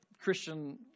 christian